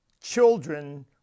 Children